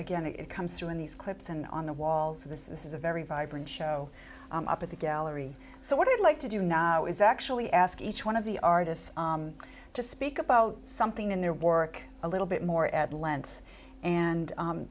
gain it comes through in these clips and on the walls of this is a very vibrant show up at the gallery so what i'd like to do not is actually ask each one of the artists to speak about something in their work a little bit more at length and